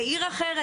בעיר אחרת.